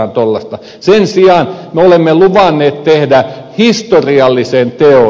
sen sijaan me olemme luvanneet tehdä historiallisen teon